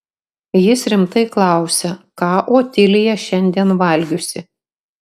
jis rimtai klausia ką otilija šiandien valgiusi